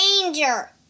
danger